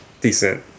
decent